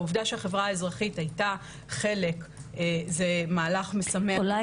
העובדה שהחברה האזרחית הייתה חלק זה מהלך משמח --- אולי